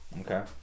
Okay